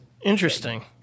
Interesting